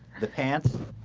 the pants